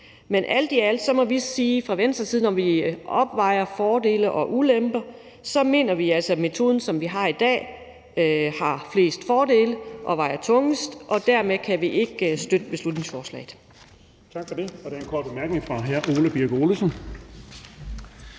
Men alt i alt må vi sige fra Venstres side, når vi opvejer fordele og ulemper, at vi altså mener, at den metode, vi har i dag, har flest fordele og vejer tungest. Og dermed kan vi ikke støtte beslutningsforslaget. Kl. 17:51 Den fg. formand (Erling Bonnesen):